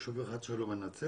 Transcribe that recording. ישוב אחד שלא מנצל,